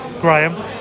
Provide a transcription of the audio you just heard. Graham